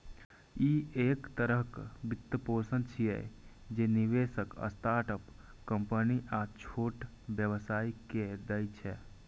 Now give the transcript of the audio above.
ई एक तरहक वित्तपोषण छियै, जे निवेशक स्टार्टअप कंपनी आ छोट व्यवसायी कें दै छै